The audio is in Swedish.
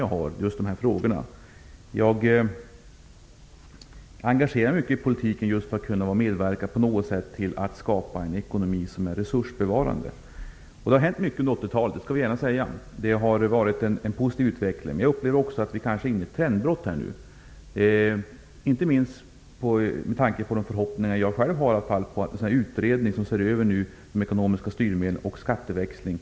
Jag engagerade mig i politiken just för att på något sätt kunna medverka till att skapa en ekonomi som är resursbevarande. Det har hänt mycket under 80 talet. Det vill jag gärna säga. Det har varit en positiv utveckling. Men jag upplever också att vi kanske är inne i ett trendbrott nu, inte minst med tanke på de förhoppningar jag själv har på en utredning som ser över de ekonomiska styrmedlen och skatteväxlingen.